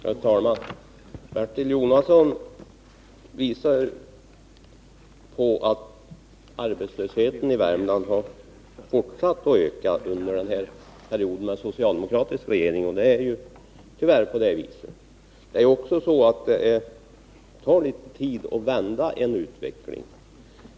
Herr talman! Bertil Jonasson framhåller att arbetslösheten i Värmland har fortsatt att öka under perioden med socialdemokratisk regering. Tyvärr är det på det viset, men det tar tid att vända en utveckling.